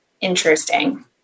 interesting